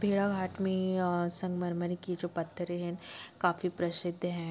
भेड़ाघाट में संगमरमर के जो पत्थरें हैं काफ़ी प्रसिद्ध हैं